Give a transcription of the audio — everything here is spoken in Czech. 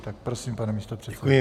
Tak prosím, pane místopředsedo.